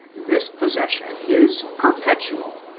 this possession is perpetual